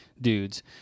dudes